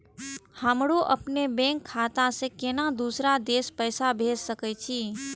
हमरो अपने बैंक खाता से केना दुसरा देश पैसा भेज सके छी?